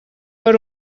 per